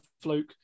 fluke